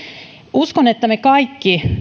uskon että me kaikki